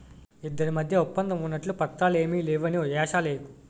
ఇద్దరి మధ్య ఒప్పందం ఉన్నట్లు పత్రాలు ఏమీ లేవని ఏషాలెయ్యకు